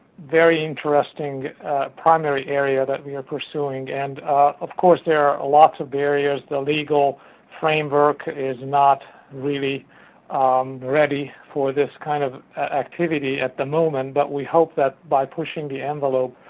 very interesting primary area that we are pursuing. and of course there are lots of barriers, the legal framework is not really ready for this kind of activity at the moment, but we hope that by pushing the envelope,